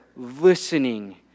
listening